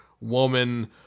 woman